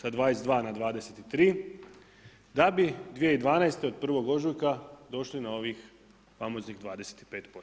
sa 22 na 23, da bi 2012. od 1. ožujka došli na ovih famoznih 25%